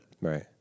Right